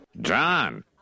John